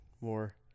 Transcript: more